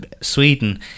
Sweden